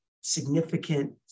significant